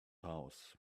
house